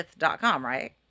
Right